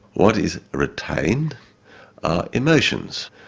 what is retained are emotions,